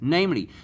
Namely